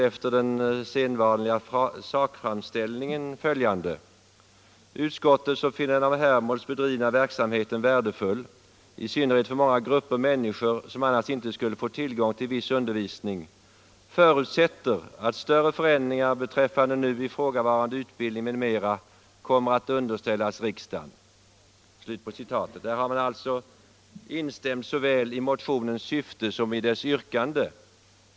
Efter den sedvanliga sakframställningen säger utskottet följande: ”Utskottet som finner den av Hermods bedrivna verksamheten värdefull, i synnerhet för många grupper människor som annars inte skulle få tillgång till viss undervisning, förutsätter att större förändringar beträffande nu ifrågavarande utbildning m.m. kommer att underställas riksdagen.” Utskottet instämmer alltså såväl i motionens syfte som i dess yrkande.